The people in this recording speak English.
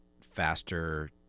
faster